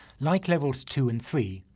like levels two and three,